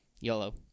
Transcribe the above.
YOLO